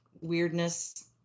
weirdness